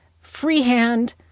freehand